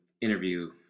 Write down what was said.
interview